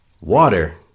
water